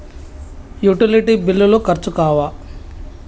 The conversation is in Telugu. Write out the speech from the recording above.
యుటిలిటీ బిల్లులు ఖర్చు కావా?